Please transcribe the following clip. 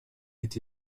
est